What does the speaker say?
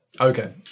okay